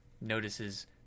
notices